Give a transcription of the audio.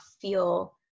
feel